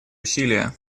усилия